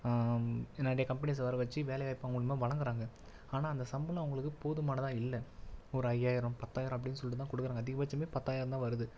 நிறைய கம்பனிஸை வர வச்சு வேலை வாய்ப்பு அவங்களுக்குலாம் வழங்குறாங்க ஆனால் அந்த சம்பளம் அவங்களுக்கு போதுமானதாக இல்லை ஒரு ஐயாயிரம் பத்தாயிரம் அப்படின் சொல்லிட்டு தான் கொடுக்குறாங்க அதிகபட்சமே பத்தாயிரம் தான் வருது